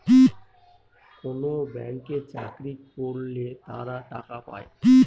কোনো ব্যাঙ্কে চাকরি করলে তারা টাকা পায়